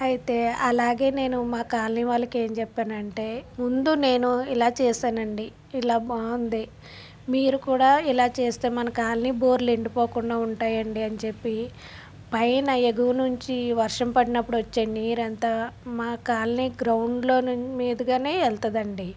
అయితే అలాగే నేను మా కాలనీ వాళ్ళకి ఏం చెప్పాను అంటే ముందు నేను ఇలా చేశానండి ఇలా బాగుంది మీరు కూడా ఇలా చేస్తే మన కాలనీ బోర్లు ఎండిపోకుండా ఉంటాయి అండి అని చెప్పి పైన ఎగువ నుంచి వర్షం పడినప్పుడు వచ్చే నీళ్ళు అంతా మా కాలనీ గ్రౌండ్లోని మీదగానే వెళ్తుంది అండి